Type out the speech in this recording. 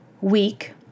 week